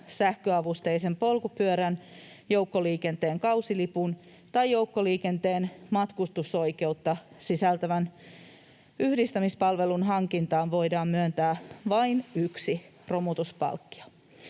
sähköavusteisen polkupyörän, joukkoliikenteen kausilipun tai joukkoliikenteen matkustusoikeutta sisältävän yhdistämispalvelun hankintaan voidaan myöntää vain yksi romutuspalkkio.